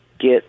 get